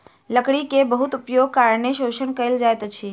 लकड़ी के बहुत उपयोगक कारणें शोषण कयल जाइत अछि